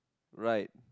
right